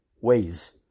ways